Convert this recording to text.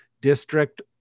district